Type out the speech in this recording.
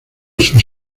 sus